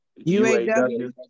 UAW